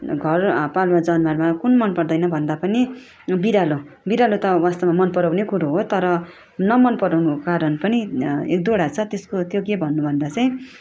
घर पालुवा जनावरमा कुन मन पर्दैन भन्दा पनि बिरालो बिरालो त वास्तवमा मन पराउने कुरो हो तर नमन पराउनुको कारण पनि एक दुईवटा छ त्यसको त्यो के भन्नु भन्दा चाहिँ